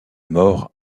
mort